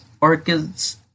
orchids